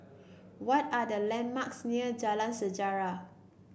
what are the landmarks near Jalan Sejarah